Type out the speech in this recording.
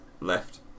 left